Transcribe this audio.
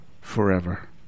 forever